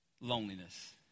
loneliness